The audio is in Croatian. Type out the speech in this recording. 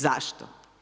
Zašto?